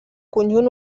conjunt